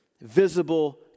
visible